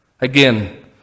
Again